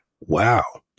Wow